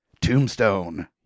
Tombstone